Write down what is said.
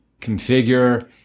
configure